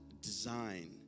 design